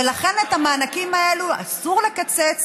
ולכן את המענקים האלה אסור לקצץ